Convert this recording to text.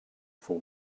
for